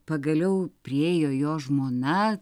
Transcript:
pagaliau priėjo jo žmona